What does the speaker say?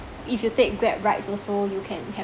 if you take grab rides also you can have